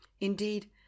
Indeed